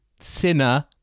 Sinner